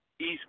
East